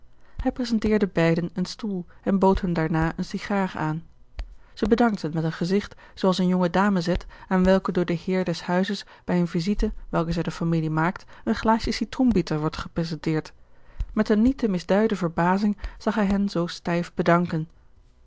hij presenteerde beiden een stoel en bood hun daarna eene sigaar aan zij bedankten met een gezigt zoo als eene jonge dame zet aan welke door den heer des huizes bij eene visite welke zij de familie maakt een glaasje citroenbitter wordt gepresenteerd met eene niet te misduiden verbazing zag hij hen zoo stijf bedanken